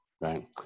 Right